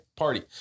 party